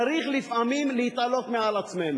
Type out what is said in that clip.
צריך לפעמים להתעלות מעל עצמנו.